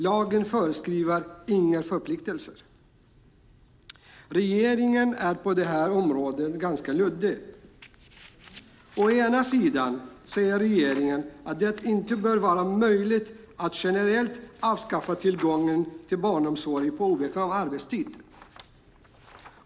Lagen innebär inga förpliktelser. Regeringen är på det här området ganska luddig. Å ena sidan säger regeringen att det inte bör vara möjligt att generellt avskaffa tillgången till barnomsorg på obekväm arbetstid.